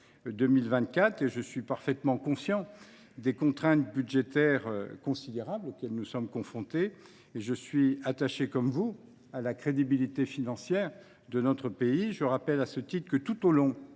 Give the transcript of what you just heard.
2024. Je suis parfaitement conscient des contraintes budgétaires considérables auxquelles nous sommes confrontés. Je suis attaché comme vous à la crédibilité financière de notre pays. Tout au long